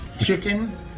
Chicken